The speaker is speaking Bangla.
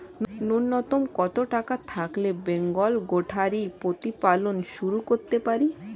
নূন্যতম কত টাকা থাকলে বেঙ্গল গোটারি প্রতিপালন শুরু করতে পারি?